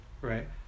right